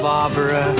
Barbara